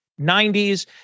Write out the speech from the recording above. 90s